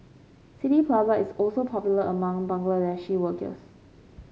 City Plaza is also popular among Bangladeshi workers